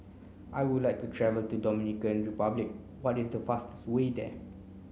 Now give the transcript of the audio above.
I would like to travel to Dominican Republic what is the fastest way there